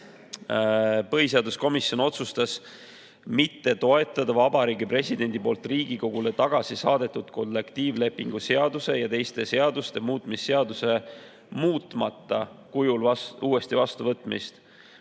põhiseaduskomisjon otsustas mitte toetada Vabariigi Presidendi poolt Riigikogule tagasi saadetud kollektiivlepingu seaduse ja teiste seaduste muutmise seaduse muutmata kujul uuesti vastuvõtmist.